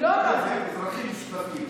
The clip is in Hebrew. הם אזרחים שותפים.